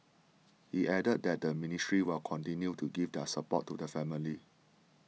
he added that the ministry will continue to give their support to the family